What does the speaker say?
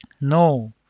No